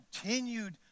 continued